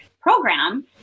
program